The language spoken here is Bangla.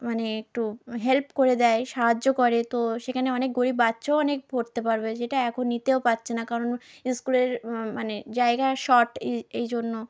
মানে একটু হেল্প করে দেয় সাহায্য করে তো সেখানে অনেক গরিব বাচ্চাও অনেক পড়তে পারবে যেটা এখন নিতেও পারছে না কারণ স্কুলের মানে জায়গা শর্ট এই জন্য